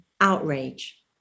outrage